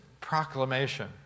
proclamation